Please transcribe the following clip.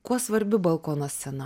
kuo svarbi balkono scena